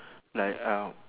like uh